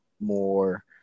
more